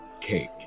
cake